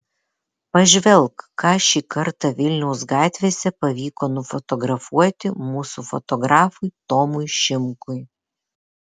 pažvelk ką šį kartą vilniaus gatvėse pavyko nufotografuoti mūsų fotografui tomui šimkui